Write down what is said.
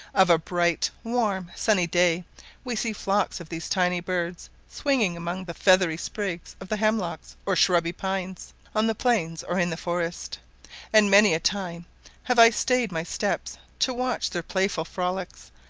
of a bright warm, sunny day we see flocks of these tiny birds swinging among the feathery sprigs of the hemlocks or shrubby pines on the plains or in the forest and many a time have i stayed my steps to watch their playful frolics,